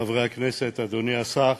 חברי הכנסת, אדוני השר,